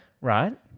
Right